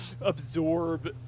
absorb